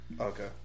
Okay